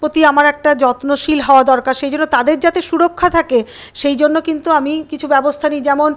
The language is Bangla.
প্রতি আমার একটা যত্নশীল হওয়া দরকার সেই জন্য তাদের যাতে সুরক্ষা থাকে সেই জন্য কিন্তু আমি কিছু ব্যবস্থা নিই যেমন